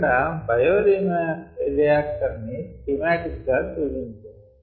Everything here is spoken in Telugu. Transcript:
ఇక్కడ బయోరియాక్టర్ని స్కీమాటిక్ గా చూపించారు